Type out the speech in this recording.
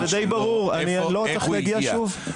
זה די ברור, לא צריך להגיע שוב.